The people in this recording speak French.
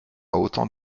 autant